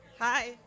Hi